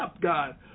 God